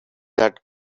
that